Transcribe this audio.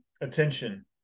Attention